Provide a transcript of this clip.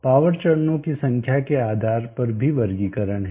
power चरणों की संख्या के आधार पर भी वर्गीकरण है